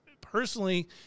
Personally